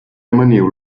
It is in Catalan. amaniu